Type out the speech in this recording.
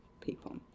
people